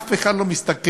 אף אחד לא מסתכל,